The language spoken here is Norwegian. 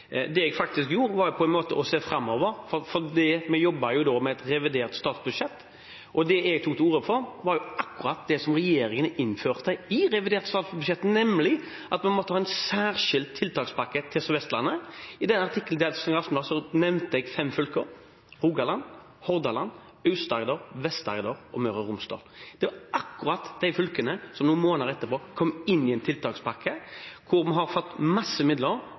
Det jeg faktisk gjorde, var å se framover, for vi jobbet da med et revidert statsbudsjett, og det jeg tok til orde for, var akkurat det som regjeringen innførte i revidert statsbudsjett, nemlig at man måtte ha en særskilt tiltakspakke til Sør-Vestlandet. I artikkelen i Aftenbladet nevnte jeg fem fylker: Rogaland, Hordaland, Aust-Agder, Vest-Agder og Møre og Romsdal. Det var akkurat de fylkene som noen måneder etterpå kom inn i en tiltakspakke, hvor vi har fått masse midler